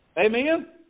Amen